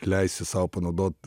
leisiu sau panaudot